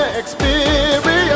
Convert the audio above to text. experience